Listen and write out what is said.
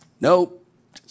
Nope